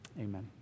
Amen